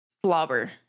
Slobber